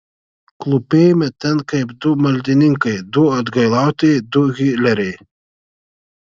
klūpėjome ten kaip du maldininkai du atgailautojai du hileriai